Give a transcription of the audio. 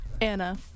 Anna